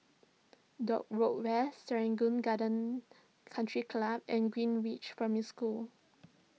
Dock Road West Serangoon Gardens Country Club and Greenridge Primary School